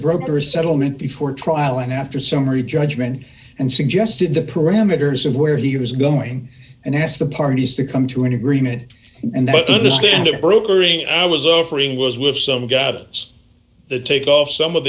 broker a settlement before trial and after summary judgment and suggested the parameters of where he was going and asked the parties to come to an agreement and then to understand it brokering i was offering was with some guidance the take off some of